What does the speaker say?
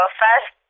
fast